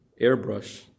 airbrush